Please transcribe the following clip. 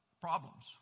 Problems